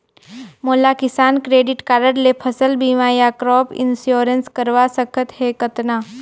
मोला किसान credit card ले फसल बीमा या क्रॉप इंश्योरेंस करवा सकथ हे कतना?